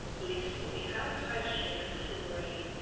list what we have, hydrogen chlorine,